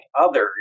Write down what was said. others